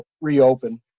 reopen